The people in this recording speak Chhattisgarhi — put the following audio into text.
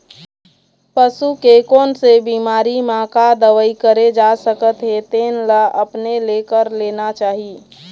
पसू के कोन से बिमारी म का दवई करे जा सकत हे तेन ल अपने ले कर लेना चाही